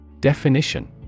Definition